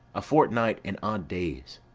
a fortnight and odd days.